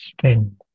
spend